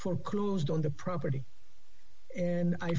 for cruised on the property and i